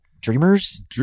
Dreamers